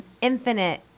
infinite